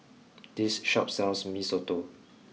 this shop sells mee soto